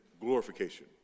glorification